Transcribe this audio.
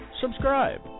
subscribe